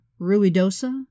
Ruidosa